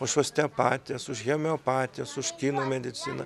už osteopatijas už hemeopatijas už kinų mediciną